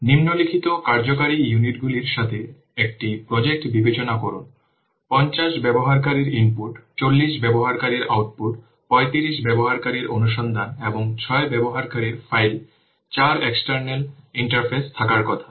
নিম্নলিখিত কার্যকরী ইউনিটগুলির সাথে একটি প্রজেক্ট বিবেচনা করুন 50 ব্যবহারকারীর ইনপুট 40 ব্যবহারকারীর আউটপুট 35 ব্যবহারকারীর অনুসন্ধান এবং 6 ব্যবহারকারীর ফাইল 4 এক্সটার্নাল ইন্টারফেস থাকার কথা